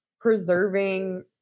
preserving